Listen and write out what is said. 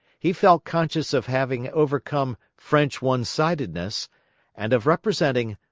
he felt conscious of having overcome french one-sidedness and of representing,